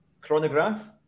Chronograph